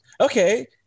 okay